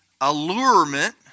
allurement